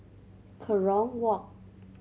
Kerong Walk